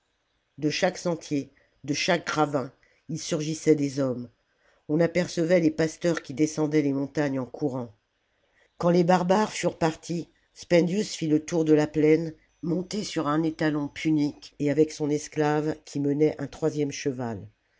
de chaque sentier de chaque ravin il surgissait des hommes on apercevait les pasteurs qui descendaient les montagnes en courant quand les barbares furent partis spendius fit le tour de la plaine monté sur un étalon punique et avec son esclave qui menait un troisième cheval